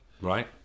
Right